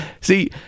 See